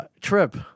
trip